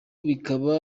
bikaba